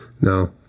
No